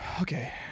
Okay